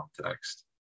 context